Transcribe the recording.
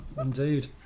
Indeed